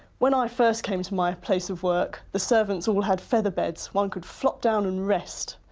when i first came to my place of work the servants all had feather beds, one could flop down and rest.